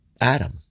Adam